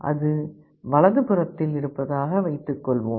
அது வலதுபுறத்தில் இருப்பதாக வைத்துக்கொள்வோம்